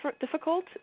difficult